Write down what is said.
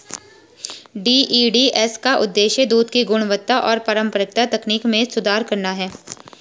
DEDS का उद्देश्य दूध की गुणवत्ता और पारंपरिक तकनीक में सुधार करना है